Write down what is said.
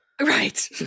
right